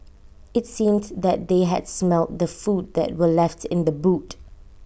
IT seemed that they had smelt the food that were left in the boot